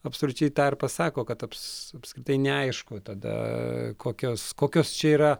absoliučiai tą ir pasako kad taps apskritai neaišku tada kokios kokios čia yra